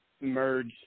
merge